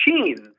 machines